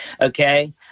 Okay